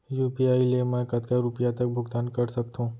UPI ले मैं कतका रुपिया तक भुगतान कर सकथों